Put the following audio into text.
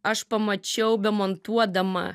aš pamačiau bemontuodama